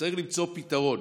וצריך למצוא פתרון.